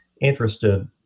interested